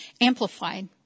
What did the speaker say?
Amplified